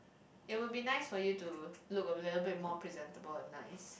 it will be nice for you to look a little bit more presentable and nice